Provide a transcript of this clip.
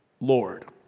Lord